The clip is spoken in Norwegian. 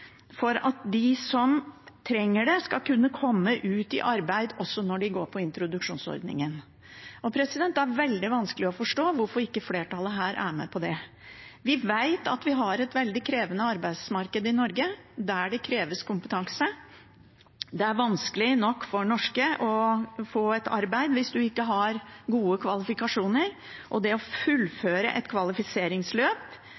for at de som trenger det, skal kunne komme ut i arbeid også når de går på introduksjonsordningen. Det er veldig vanskelig å forstå hvorfor ikke flertallet er med på det. Vi vet at vi har et veldig krevende arbeidsmarked i Norge, der det kreves kompetanse. Det er vanskelig nok for norske å få arbeid hvis man ikke har gode kvalifikasjoner, og det å